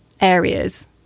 areas